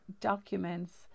documents